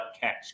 catch